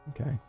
Okay